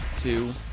two